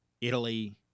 Italy